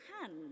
hand